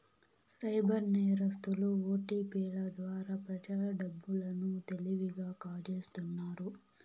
cyber నేరస్తులు ఓటిపిల ద్వారా ప్రజల డబ్బు లను తెలివిగా కాజేస్తున్నారు